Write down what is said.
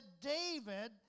David